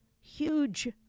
huge